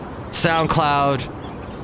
SoundCloud